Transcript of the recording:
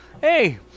hey